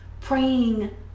praying